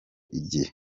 igihe